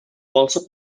also